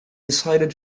decided